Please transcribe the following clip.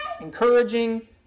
encouraging